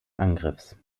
angriffs